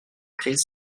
crise